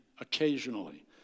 occasionally